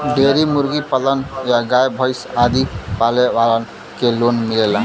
dairy मुर्गी पालन गाय भैस आदि पाले वालन के लोन मिलेला